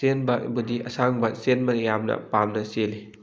ꯆꯦꯟꯕꯕꯨꯗꯤ ꯑꯁꯥꯡꯕ ꯆꯦꯟꯕꯅ ꯌꯥꯝꯅ ꯄꯥꯝꯅ ꯆꯦꯜꯂꯤ